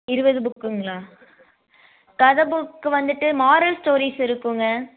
இருபது புக்குங்களா கதை புக் வந்துவிட்டு மாரல் ஸ்டோரிஸ் இருக்குங்க